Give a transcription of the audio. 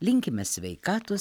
linkime sveikatos